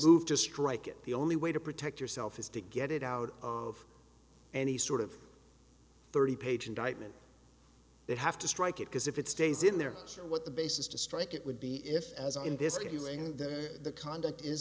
do to strike it the only way to protect yourself is to get it out of any sort of thirty page indictment they have to strike it because if it stays in there sure what the basis to strike it would be if as in this area during the conduct is